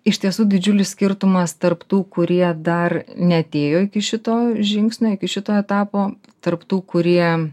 iš tiesų didžiulis skirtumas tarp tų kurie dar neatėjo iki šito žingsnio iki šito etapo tarp tų kurie